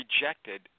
rejected